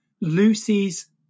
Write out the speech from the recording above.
Lucy's